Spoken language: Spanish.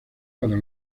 para